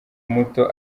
muto